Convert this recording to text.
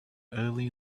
early